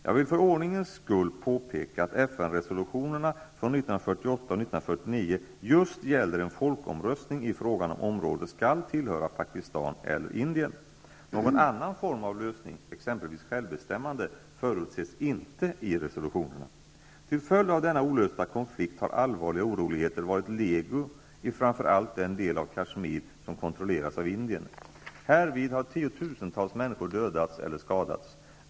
Jag vill för ordningens skull påpeka att FN resolutionerna från 1948 och 1949 just gäller en folkomröstning i frågan om huruvida området skall tillhöra Pakistan eller Indien. Någon annan form av lösning -- exempelvis självbestämmande -- förutses inte i resolutionerna. Till följd av denna olösta konflikt har allvarliga oroligheter varit legio i framför allt den del av Kashmir som kontrolleras av Indien. Härvid har tiotusentals människor dödats eller skadats.